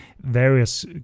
various